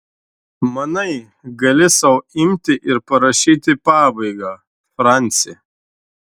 manai gali sau imti ir parašyti pabaigą franci